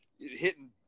hitting